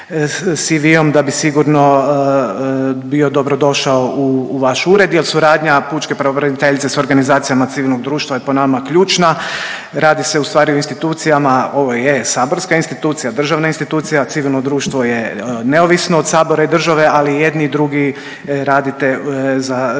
da bi sigurno bio dobrodošao u vaš ured jel suradnja pučke pravobraniteljice s organizacijama civilnog društva je po nama ključna. Radi se ustvari o institucijama, ovo je saborska institucija, državna institucija civilno društvo je neovisno od Sabora i države, ali jedni i drugi radite za